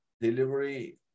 delivery